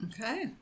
Okay